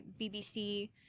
BBC